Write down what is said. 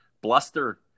bluster